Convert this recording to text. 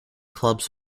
clubs